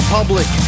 Public